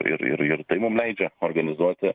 ir ir ir tai mum leidžia organizuoti